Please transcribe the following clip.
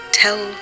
tell